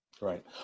Right